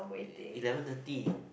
eleven thirty